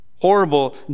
horrible